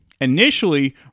Initially